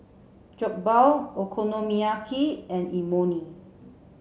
Jokbal Okonomiyaki and Imoni